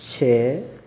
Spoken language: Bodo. से